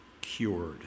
cured